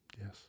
Yes